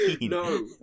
No